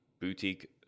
boutique